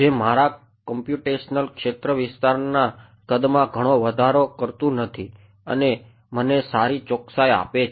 જે મારા કોમ્પ્યુંટેશનલ ક્ષેત્રવિસ્તારના કદમાં ઘણો વધારો કરતું નથી અને મને સારી ચોકસાઈ આપે છે